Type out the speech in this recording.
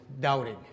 doubting